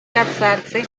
casarse